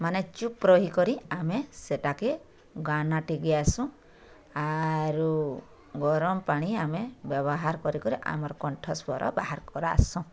ମାନେ ଚୁପ୍ ରହି କରି ଆମେ ସେଟା କେ ଗାନା ଟିଭି ଆସୁଁ ଆରୁ ଗରମ ପାଣି ଆମେ ବ୍ୟବହାର କରି କରି ଆମର କଣ୍ଠ ସ୍ୱର ବାହାରକର ଆସୁଁ